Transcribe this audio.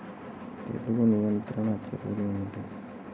తెగులు నియంత్రణ చర్యలు ఏమిటి?